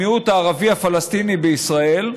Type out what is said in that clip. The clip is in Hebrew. המיעוט הערבי הפלסטיני בישראל,